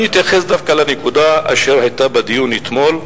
אני אתייחס דווקא לנקודה אשר היתה בדיון אתמול,